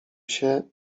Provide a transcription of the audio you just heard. się